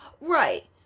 right